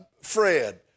Fred